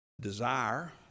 desire